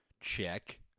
Check